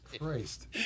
Christ